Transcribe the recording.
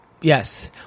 Yes